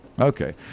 Okay